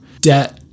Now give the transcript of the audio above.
debt